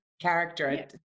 character